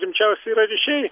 rimčiausi yra ryšiai